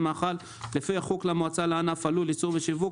מאכל לפי חוק המועצה לענף הלול (ייצור ושיווק),